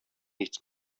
nichts